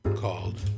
called